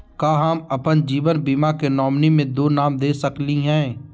का हम अप्पन जीवन बीमा के नॉमिनी में दो नाम दे सकली हई?